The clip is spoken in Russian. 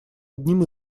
одним